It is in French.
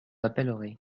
appellerai